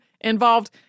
involved